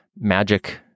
magic